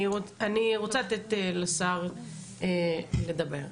אני רוצה לתת לשר לדבר.